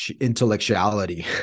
intellectuality